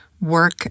work